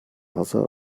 wasser